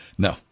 No